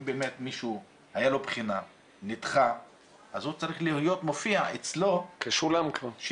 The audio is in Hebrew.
אם למישהו הייתה בחינה והיא נדחתה אז הוא צריך להיות מופיע אצלו כשולם.